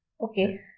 Okay